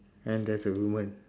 and there's a woman